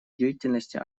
деятельности